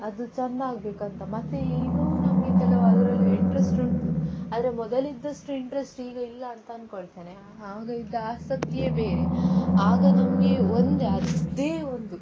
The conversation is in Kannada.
ಅದು ಚೆಂದ ಆಗಬೇಕು ಅಂತ ಮತ್ತೆ ಈಗಲೂ ನಮಗೆ ಕೆಲವು ಅದರಲ್ಲಿ ಇಂಟ್ರೆಸ್ಟ್ ಉಂಟು ಆದರೆ ಮೊದಲಿದ್ದಷ್ಟು ಇಂಟ್ರೆಸ್ಟ್ ಈಗ ಇಲ್ಲ ಅಂತ ಅಂದ್ಕೊಳ್ತೇನೆ ಆಗ ಇದ್ದ ಆಸಕ್ತಿಯೇ ಬೇರೆ ಆಗ ನಮಗೆ ಒಂದು ಅದೇ ಒಂದು